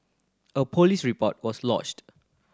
a police report was lodged